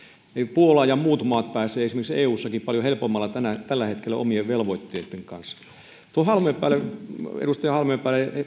puola ja muut maat pääsevät esimerkiksi eussakin tällä hetkellä paljon helpommalla omien velvoitteidensa kanssa edustaja halmeenpäälle